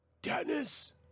Dennis